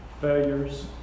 failures